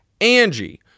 Angie